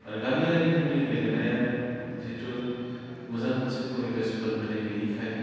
आरो गामियारिफोरनि गेलेनाया जिहेथु मोजां मोनसे परिबेस फोरोंथाय गैयैखाय